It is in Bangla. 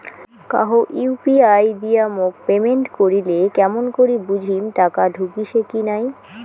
কাহো ইউ.পি.আই দিয়া মোক পেমেন্ট করিলে কেমন করি বুঝিম টাকা ঢুকিসে কি নাই?